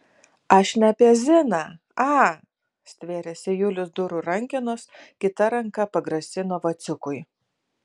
aš ne apie ziną a stvėrėsi julius durų rankenos kita ranka pagrasino vaciukui